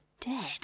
dead